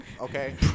Okay